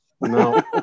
No